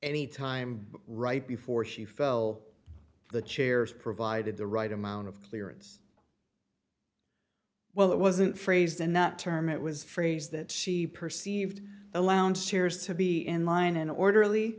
any time right before she fell the chairs provided the right amount of clearance well it wasn't phrased in that term it was phrased that she perceived the lounge chairs to be in line an orderly